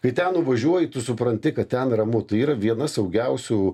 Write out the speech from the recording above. kai ten nuvažiuoji tu supranti kad ten ramu tai yra viena saugiausių